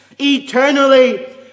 eternally